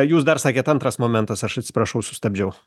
jūs dar sakėt antras momentas aš atsiprašau sustabdžiau